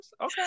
Okay